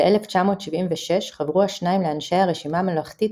ב-1976 חברו השניים לאנשי הרשימה הממלכתית